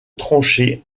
trancher